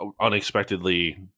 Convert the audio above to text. unexpectedly